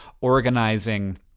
organizing